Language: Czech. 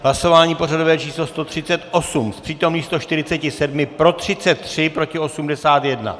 Hlasování pořadové číslo 138, z přítomných 147 pro 33, proti 81.